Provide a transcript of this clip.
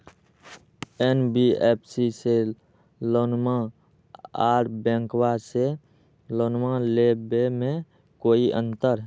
NBFC से लोनमा आर बैंकबा से लोनमा ले बे में कोइ अंतर?